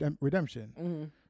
redemption